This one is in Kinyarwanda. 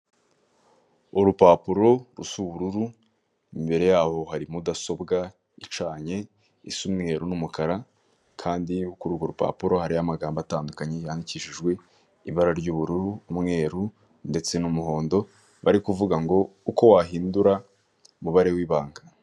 Urupapuro rusa ubururu, imbere yaho hari mudasobwa icanye isa umweru n'umukara kandi kuri urwo rupapuro hariho amagambo atandukanye yandikishijwe ibara ry'ubururu, umweru ndetse n'umuhondo, bari kuvuga ngo uko wahindura umubare w'ibanga.